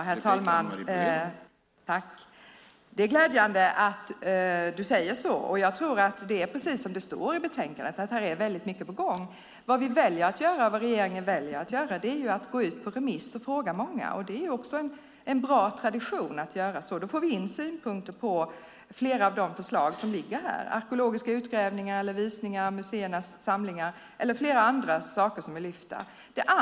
Herr talman! Det är glädjande att du, Per Svedberg, säger så. Jag tror att det är precis så som det står i betänkandet, att här är väldigt mycket på gång. Vad vi och regeringen väljer att göra är att ha ett remissförfarande och fråga många. Det är en bra tradition att göra så, för då får vi in synpunkter på flera av de förslag som föreligger. Det kan gälla arkeologiska utgrävningar, visning av museernas samlingar och flera andra saker som lyfts fram.